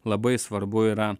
labai svarbu yra